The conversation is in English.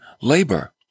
labor